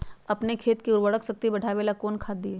अपन खेत के उर्वरक शक्ति बढावेला कौन खाद दीये?